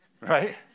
right